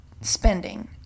spending